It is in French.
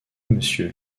monsieur